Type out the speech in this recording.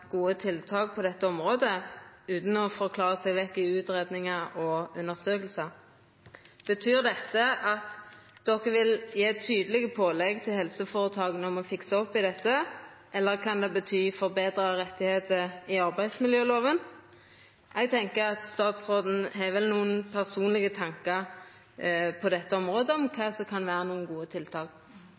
gode tiltak på dette området, utan å forklara seg vekk i utgreiingar og undersøkingar? Betyr dette at ein vil gje tydelege pålegg til helseføretaka om å fiksa opp i dette, eller kan det bety betra rettar i arbeidsmiljølova? Eg tenkjer at statsråden har nokre personlege tankar om kva som kan vera gode tiltak